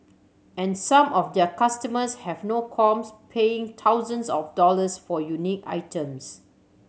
and some of their customers have no qualms paying thousands of dollars for unique items